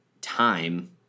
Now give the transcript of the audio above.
time